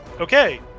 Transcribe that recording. Okay